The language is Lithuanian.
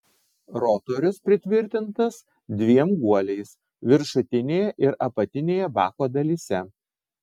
rotorius pritvirtintas dviem guoliais viršutinėje ir apatinėje bako dalyse